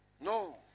No